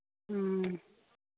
ᱦᱮᱸ